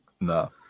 No